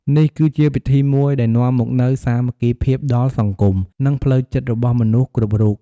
នេះគឺជាពិធីមួយដែលនាំមកនូវសាមគ្គីភាពដល់សង្គម និងផ្លូវចិត្តរបស់មនុស្សគ្រប់រូប។